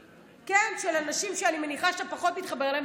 של אנשים שאני מניחה שאתה פחות מתחבר אליהם,